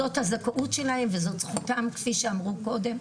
זאת הזכאות שלהם וזאת זכותם כפי שאמרו קודם,